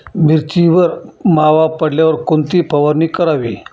मिरचीवर मावा पडल्यावर कोणती फवारणी करावी?